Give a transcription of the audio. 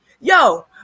Yo